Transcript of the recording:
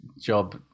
job